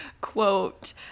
quote